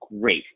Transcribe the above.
great